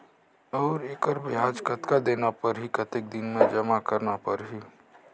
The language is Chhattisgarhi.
और एकर ब्याज कतना देना परही कतेक दिन मे जमा करना परही??